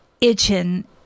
itching